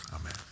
Amen